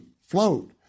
float